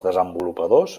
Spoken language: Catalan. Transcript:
desenvolupadors